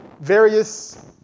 various